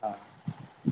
हा